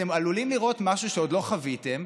אתם עלולים לראות משהו שעוד לא חוויתם: